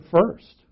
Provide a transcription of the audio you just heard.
first